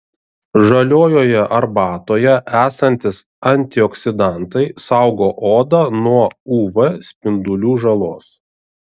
žaliojoje arbatoje esantys antioksidantai saugo odą nuo uv spindulių žalos